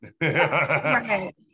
Right